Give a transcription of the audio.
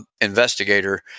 investigator